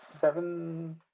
seven